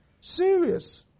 Serious